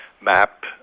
map